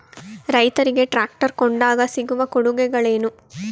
ರೈತರಿಗೆ ಟ್ರಾಕ್ಟರ್ ಕೊಂಡಾಗ ಸಿಗುವ ಕೊಡುಗೆಗಳೇನು?